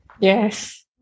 yes